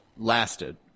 lasted